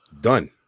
done